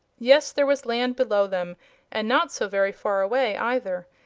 yes there was land below them and not so very far away, either.